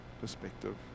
perspective